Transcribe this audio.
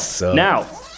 now